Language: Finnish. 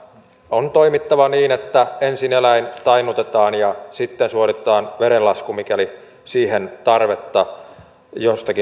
on toimittava niin että ensin eläin tainnutetaan ja sitten suoritetaan verenlasku mikäli siihen tarvetta jostakin syystä on